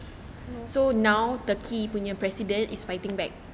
mm